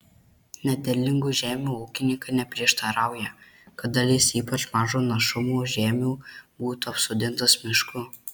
nederlingų žemių ūkininkai neprieštarauja kad dalis ypač mažo našumo žemių būtų apsodintos mišku